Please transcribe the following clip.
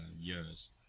years